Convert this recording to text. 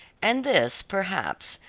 and this, perhaps,